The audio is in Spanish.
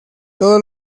todo